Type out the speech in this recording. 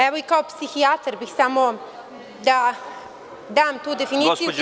Evo i kao psihijatar bih samo da dam tu definiciju histerije…